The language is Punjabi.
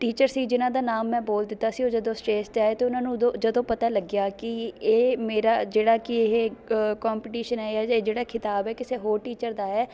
ਟੀਚਰ ਸੀ ਜਿਹਨਾਂ ਦਾ ਨਾਮ ਮੈਂ ਬੋਲ ਦਿੱਤਾ ਸੀ ਉਹ ਜਦੋਂ ਸਟੇਜ 'ਤੇ ਆਏ ਅਤੇ ਉਹਨਾਂ ਨੂੰ ਉਦੋਂ ਜਦੋਂ ਪਤਾ ਲੱਗਿਆ ਕਿ ਇਹ ਮੇਰਾ ਜਿਹੜਾ ਕਿ ਇਹ ਕੋਂਪੀਟੀਸ਼ਨ ਹੈ ਜਾਂ ਜਿਹੜਾ ਖਿਤਾਬ ਹੈ ਕਿਸੇ ਹੋਰ ਟੀਚਰ ਦਾ ਹੈ